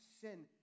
sin